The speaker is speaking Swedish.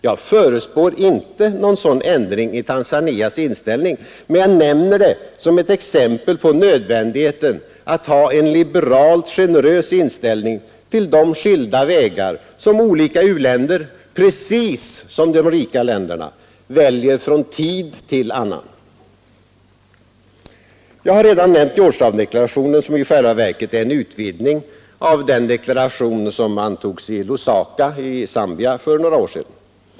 Jag förutspår inte någon sådan ändring i Tanzanias politik, men nämner det som ett exempel på nödvändigheten av att ha en liberalt generös inställning till de skilda vägar som olika u-länder — precis som de rika länderna — väljer från tid till annan. Jag har redan nämnt Georgetowndeklarationen, som i själva verket är en utvidgning av den deklaration som antogs i Lusaka i Zambia för några år sedan.